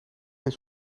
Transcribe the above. eens